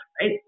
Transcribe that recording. right